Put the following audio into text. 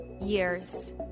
years